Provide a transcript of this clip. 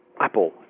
Apple